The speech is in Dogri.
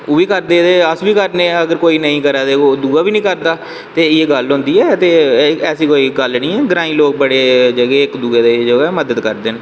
ओह् बी करदे ते अस बी करदे अगर कोई दूूआ नेईं करै ते अस बी नी करदे ते एह् गल्ल होंदी ऐ ते ऐसी कोई गल्ल नी ऐ ग्राईं लोग जेह्के इक दूए दी बड़ी मदद करदे न